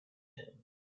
him